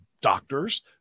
doctors